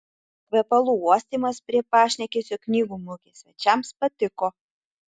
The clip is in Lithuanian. kvepalų uostymas prie pašnekesio knygų mugės svečiams patiko